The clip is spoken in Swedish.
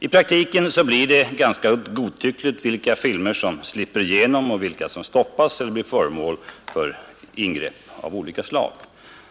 I praktiken blir det ganska godtyckligt vilka filmer som skall slippa igenom och vilka som skall bli föremål för ingrepp av olika slag.